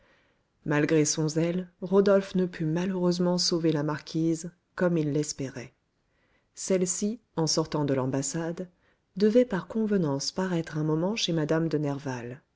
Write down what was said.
malgré son zèle rodolphe ne put malheureusement sauver la marquise comme il l'espérait celle-ci en sortant de l'ambassade devait par convenance paraître un moment chez mme de nerval